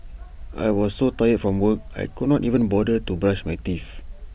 I was so tired from work I could not even bother to brush my teeth